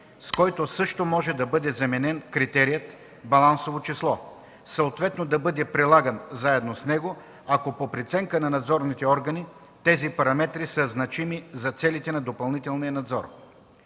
с който също може да бъде заменен критерият „балансово число”, съответно да бъде прилаган заедно с него, ако по преценка на надзорните органи тези параметри са значими за целите на допълнителния надзор.